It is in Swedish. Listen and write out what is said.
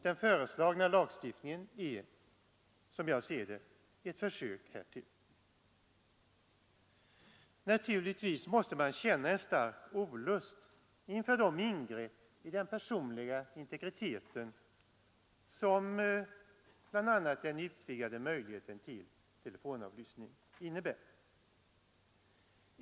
Den föreslagna lagstiftningen är, som jag ser det, ett försök härtill. Naturligtvis måste man känna en stark olust inför de ingrepp i den personliga integriteten som bl.a. den utvidgade möjligheten till telefonavlyssning innebär.